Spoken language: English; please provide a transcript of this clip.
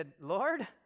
Lord